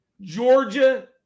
Georgia